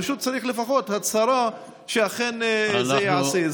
פשוט צריך לפחות הצהרה שאכן זה ייעשה.